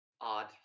odd